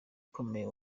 ukomeye